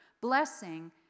blessing